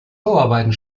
bauarbeiten